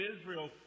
Israel